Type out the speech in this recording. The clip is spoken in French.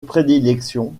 prédilection